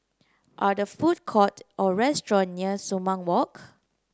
are there food court or restaurant near Sumang Walk